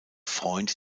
freund